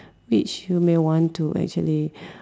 which you may want to actually